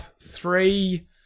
three